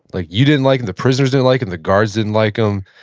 like you didn't like him, the prisoners didn't like him, the guards didn't like him.